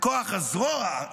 בכוח הזרוע,